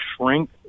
shrink